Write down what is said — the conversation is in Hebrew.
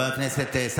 חברי הכנסת.